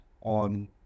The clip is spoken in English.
on